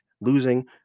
losing